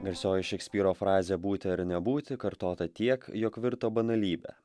garsioji šekspyro frazė būti ar nebūti kartota tiek jog virto banalybe